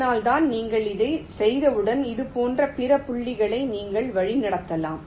அதனால்தான் நீங்கள் இதைச் செய்தவுடன் இதுபோன்ற பிற புள்ளிகளை நீங்கள் வழிநடத்தலாம்